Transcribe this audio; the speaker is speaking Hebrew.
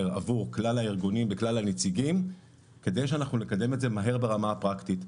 עבור כלל הארגונים וכלל הנציגים כדי שנקדם את זה מהר ברמה הפרקטית.